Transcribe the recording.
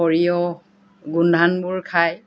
সৰিয়হ গোমধানবোৰ খায়